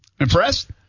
Impressed